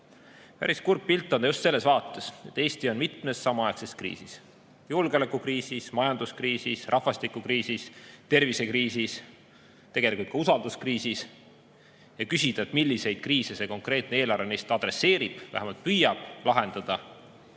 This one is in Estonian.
Päris kurb pilt on see just selles vaates, et Eesti on mitmes samaaegses kriisis: julgeolekukriisis, majanduskriisis, rahvastikukriisis, tervisekriisis, tegelikult ka usalduskriisis. Ja kui küsida, milliseid kriise see konkreetne eelarve neist [lahendab], vähemalt püüab lahendada, siis